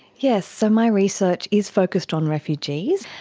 yes, so my research is focused on refugees.